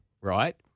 right